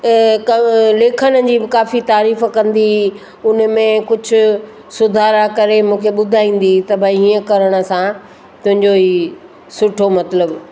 लेखन जी बि काफ़ी तारीफ़ु कंदी हुई उन में कुझु सुधारा करे मूंखे ॿुधाईंदी हुई त भई हीअं करण सां तुंहिंजो ही सुठो मतिलबु